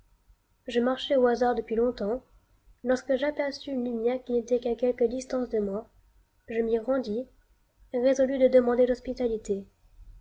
je marchais au hasard depuis longtemps lorsque j'aperçus une lumière qui n'était qu'à quelque distance de moi je m'y rendis résolu de demander l'hospitalité